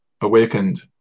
awakened